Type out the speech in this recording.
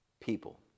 people